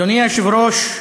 אדוני היושב-ראש,